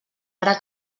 ara